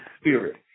spirit